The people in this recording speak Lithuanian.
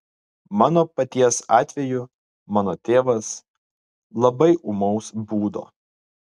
mano paties atveju mano tėvas labai ūmaus būdo